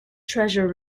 treasure